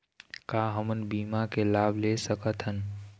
का हमन बीमा के लाभ ले सकथन?